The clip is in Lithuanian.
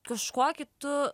kažkokį kitu